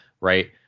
Right